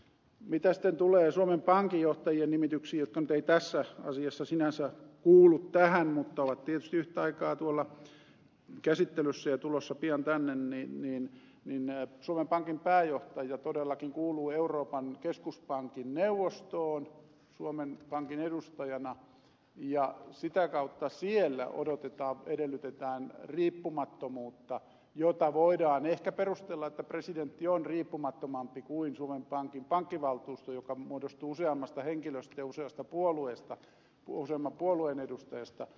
mitä sitten tulee suomen pankin johtajien nimityksiin jotka nyt eivät tässä asiassa sinänsä kuulu tähän mutta ovat tietysti yhtä aikaa tuolla käsittelyssä ja tulossa pian tänne niin suomen pankin pääjohtaja todellakin kuuluu euroopan keskuspankin neuvostoon suomen pankin edustajana ja sitä kautta siellä edellytetään riippumattomuutta jota voidaan ehkä perustella että presidentti on riippumattomampi kuin suomen pankin pankkivaltuusto joka muodostuu useammasta henkilöstä ja useamman puolueen edustajasta